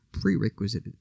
prerequisite